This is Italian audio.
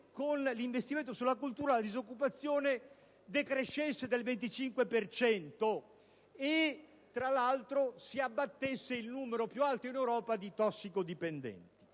con l'investimento sulla cultura, la disoccupazione decrescesse del 25 per cento e, tra l'altro, si abbattesse il numero - il più alto in Europa - di tossicodipendenti.